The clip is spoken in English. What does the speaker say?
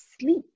sleep